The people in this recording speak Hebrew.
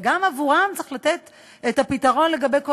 וגם עבורם צריך לתת את הפתרון לגבי כל